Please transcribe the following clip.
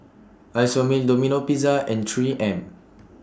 Isomil Domino Pizza and three M